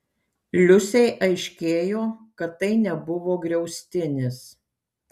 liusei aiškėjo kad tai nebuvo griaustinis